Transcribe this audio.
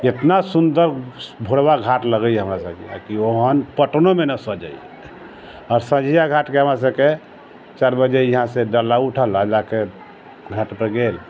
जितना सुन्दर भोरबा घाट लगैए हमरासभके ओहन पटनोमे ना सजैत हइ हँ सझिया घाटके हमरासभके चारि बजे यहाँसँ डाला उठल आ लाके घाटपर गेल